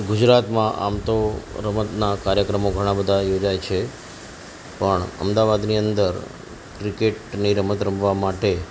ગુજરાતમાં આમ તો રમતના કાર્યક્રમો ઘણા બધા યોજાય છે પણ અમદાવાદની અંદર ક્રિકેટની રમત રમવા માટે